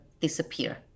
disappear